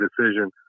decision